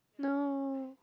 no